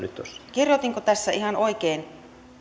kirjoitinko tässä ihan oikein